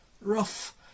rough